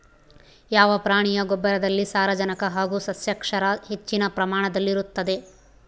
ಯಾವ ಪ್ರಾಣಿಯ ಗೊಬ್ಬರದಲ್ಲಿ ಸಾರಜನಕ ಹಾಗೂ ಸಸ್ಯಕ್ಷಾರ ಹೆಚ್ಚಿನ ಪ್ರಮಾಣದಲ್ಲಿರುತ್ತದೆ?